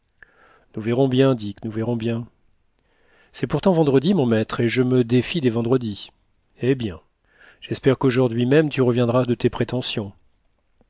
nous verrons bien dick nous verrons bien c'est pourtant vendredi mon maître et je me défie des vendredis eh bien j'espère qu'aujourd'hui même tu reviendras de tes prétentions